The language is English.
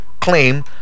claim